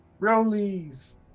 Rollies